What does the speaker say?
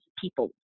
people